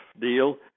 deal